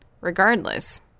regardless